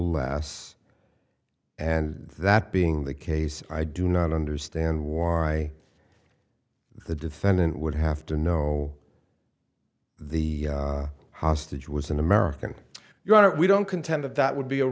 less and that being the case i do not understand why the defendant would have to know the hostage was an american your honor we don't contend that would be a